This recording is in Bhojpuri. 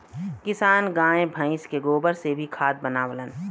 किसान गाय भइस के गोबर से भी खाद बनावलन